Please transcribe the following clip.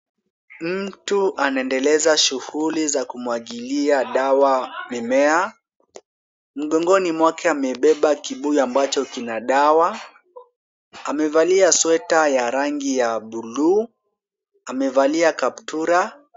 Mtu anaendeleza shughuli za kumwagilia dawa mimea. Mgongoni mwake amebeba kibuyu ambacho kina dawa. Amevalia sweta ya rangi ya buluu. Amevalia kaptura.